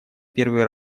первые